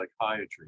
psychiatry